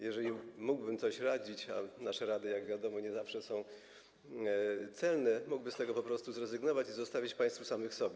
Jeżeli mógłbym coś radzić - a nasze rady, jak wiadomo, nie zawsze są celne - mógłby z tego zrezygnować i zostawić państwa samych sobie.